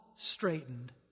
straightened